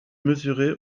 mesuré